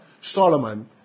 Solomon